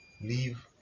Leave